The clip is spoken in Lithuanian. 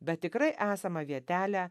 bet tikrai esama vietelę